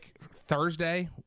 Thursday